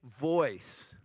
voice